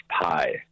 Pi